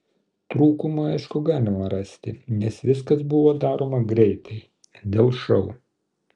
trūkumų aišku galima rasti nes viskas buvo daroma greitai dėl šou